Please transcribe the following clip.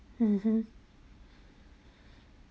(uh huh)